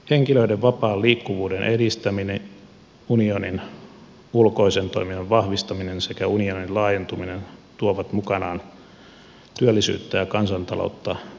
henkilöiden vapaan liikkuvuuden edistäminen unionin ulkoisen toiminnan vahvistaminen sekä unionin laajentuminen tuovat mukanaan työllisyyttä ja kansantaloutta rasittavat haasteensa